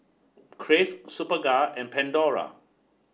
Crave Superga and Pandora